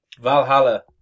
Valhalla